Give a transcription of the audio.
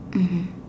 mmhmm